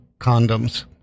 condoms